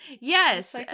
yes